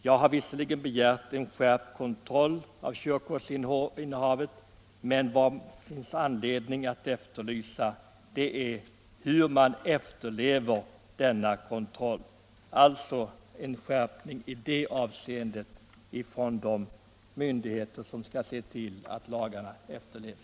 Jag har visserligen begärt skärpt kontroll av körkortsinnehav, men vad det framför allt finns anledning att efterlysa är hur denna kontroll iakttages. Det behövs en skärpning i detta avseende hos de myndigheter som skall se till att lagarna efterlevs.